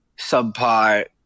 subpar